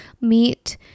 meet